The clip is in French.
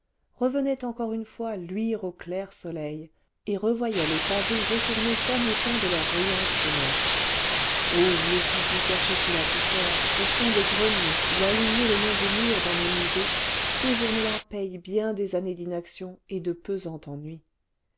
revenaient encore une fois luire au clair soleil et revoyaient les pavés retournés comme au temps de leur bruyante jeunesse o vieux fusils cachés sous la poussière au fond des greniers ou alignés le long des murs dans les musées ces journées là payent bien des années d'inaction et de pesant ennui